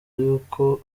yuko